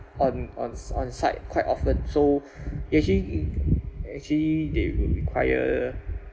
on on s~ on site quite often so actually actually they will require